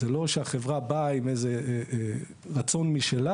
זה לא שהחברה באה עם איזה רצון משלה.